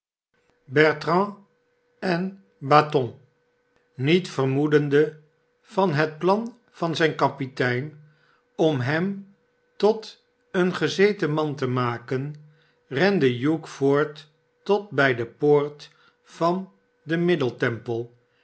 en baton niet vermoedende van het plan van zijn kapitein om hem tot een gezeten man te maken rende hugh voort tot bij de poort van den